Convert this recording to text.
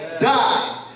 Die